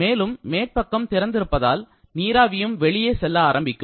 மேலும் மேற்பக்கம் திறந்திருப்பதால் நீராவியும் வெளியே செல்ல ஆரம்பிக்கும்